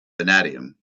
vanadium